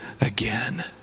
again